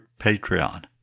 Patreon